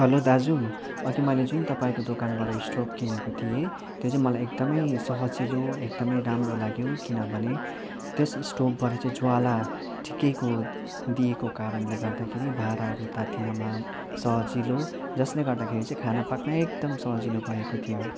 hello दाजु अघि मैले जुन तपाईँको दोकानबट स्टोभ किनेको थिएँ त्यो चाहिँ मलाई एकदमै सजिलो एकदमै राम्रो लाग्यो किनभने त्यस स्टोभबाट चाहिँ ज्वाला ठिकैको दिएको कारणले गर्दाखेरि भाँडाहरू तातिनमा सजिलो जसले गर्दाखेरि चाहिँ खाना पाक्न एकदम सजिलो भएको थियो